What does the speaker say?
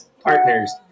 partners